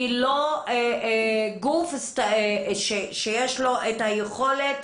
ולא גוף שיש לו את היכולת